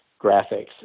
graphics